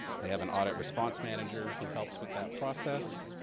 they have an audit response manager who helps with that process.